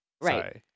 Right